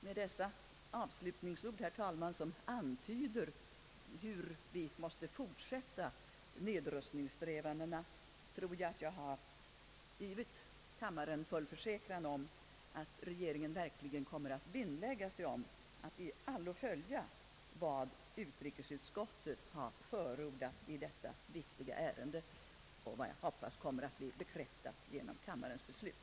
Med dessa avslutningsord, herr talman, som antyder hur vi måste fortsätta nedrustningssträvandena, tror jag att jag har givit kammaren full försäkran om att regeringen verkligen kommer att vinnlägga sig om att i allo följa vad utrikesutskottet har förordat i detta viktiga ärende. Jag hoppas att vad utskottet anfört kommer att bli bekräftat genom kammarens beslut.